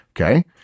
okay